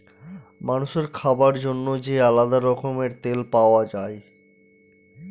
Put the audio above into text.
মানুষের খাবার জন্য যে আলাদা রকমের তেল পাওয়া যায়